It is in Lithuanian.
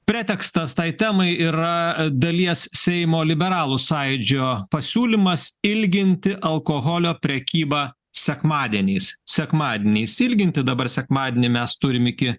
pretekstas tai temai yra dalies seimo liberalų sąjūdžio pasiūlymas ilginti alkoholio prekybą sekmadieniais sekmadieniais ilginti dabar sekmadienį mes turim iki